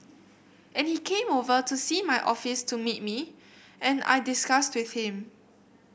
and he came over to see my office to meet me and I discussed with him